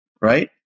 Right